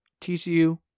TCU